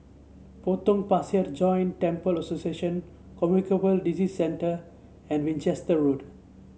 Potong Pasir Joint Temples Association Communicable Disease Centre and Winchester Road